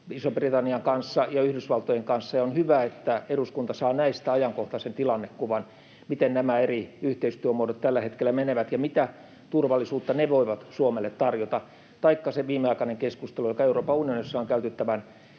Ison-Britannian kanssa ja Yhdysvaltojen kanssa — ja on hyvä, että eduskunta saa näistä ajankohtaisen tilannekuvan, siitä, miten nämä eri yhteistyömuodot tällä hetkellä menevät ja mitä turvallisuutta ne voivat Suomelle tarjota. Taikka se viimeaikainen keskustelu, joka Euroopan unionissa on käyty tämän